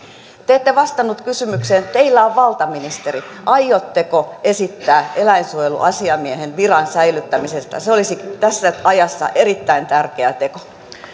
te te ette vastannut kysymykseen teillä on valta ministeri aiotteko esittää eläinsuojeluasiamiehen viran säilyttämistä se olisi tässä ajassa erittäin tärkeä teko